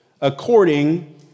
according